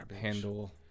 handle